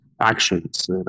actions